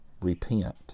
Repent